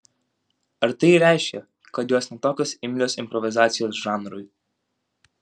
ar tai reiškia kad jos ne tokios imlios improvizacijos žanrui